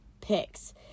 picks